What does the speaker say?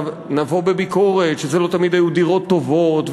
נבוא בביקורת שהן לא תמיד היו דירות טובות,